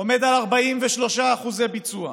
עומד על 43% ביצוע,